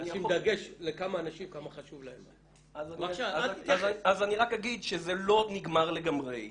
לשים דגש לכמה אנשים --- אז אני רק אגיד שזה לא נגמר לגמרי.